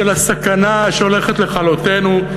של הסכנה ההולכת לכלותנו.